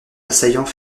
assaillants